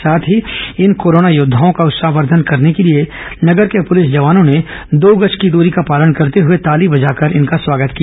साथ ही इन कोरोना योद्दाओं का उत्साहवर्धन करने के लिए नगर के पुलिस जवानों ने दो गज की दूरी का पालन करते हुए ताली बजाकर स्वागत किया